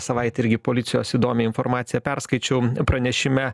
savaitę irgi policijos įdomią informaciją perskaičiau pranešime